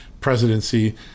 presidency